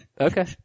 okay